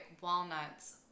walnuts